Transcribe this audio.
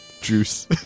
juice